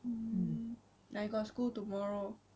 mm I got school tomorrow